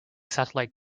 satellite